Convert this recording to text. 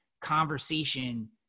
conversation